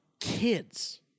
kids